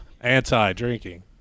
anti-drinking